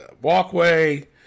walkway